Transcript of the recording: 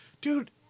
Dude